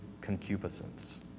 concupiscence